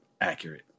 accurate